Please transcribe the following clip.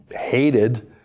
hated